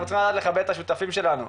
אנחנו צריכים לדעת לכבד את השותפים שלנו.